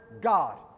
God